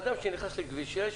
אדם שנכנס לכביש 6,